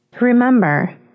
Remember